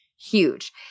huge